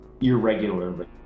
irregularly